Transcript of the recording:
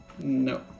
No